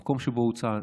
המקום שבו זה הוצע,